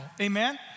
Amen